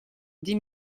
dix